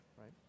right